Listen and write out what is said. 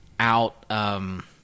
out –